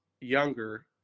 younger